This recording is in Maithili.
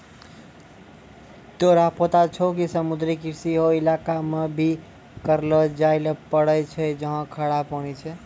तोरा पता छौं कि समुद्री कृषि हौ इलाका मॅ भी करलो जाय ल पारै छौ जहाँ खारा पानी छै